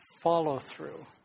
follow-through